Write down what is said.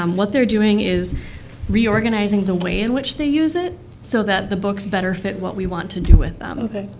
um what they're doing is reorganizing the way in which they use it so that the books better fit what we want to do with them.